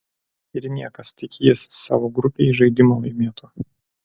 ir niekas tik jis savo grupėj žaidimą laimėtų